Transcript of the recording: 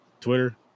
Twitter